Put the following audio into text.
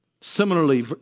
Similarly